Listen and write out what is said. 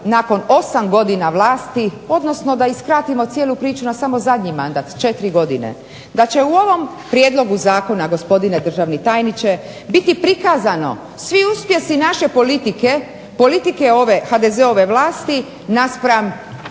nakon osam godina vlasti, odnosno da i skratimo cijelu priču na samo zadnji mandat, četiri godine, da će u ovom prijedlogu zakona gospodine državni tajniče biti prikazani svi uspjesi naše politike, politike ove HDZ-ove vlasti naspram